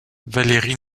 valerie